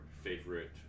favorite